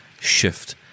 shift